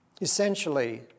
Essentially